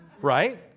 Right